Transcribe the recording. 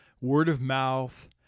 word-of-mouth